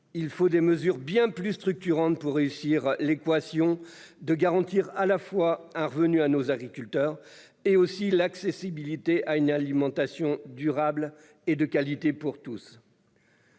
il faut des mesures bien plus structurantes pour trouver l'équation garantissant à la fois un revenu à nos agriculteurs et une accessibilité à une alimentation durable et de qualité pour tous.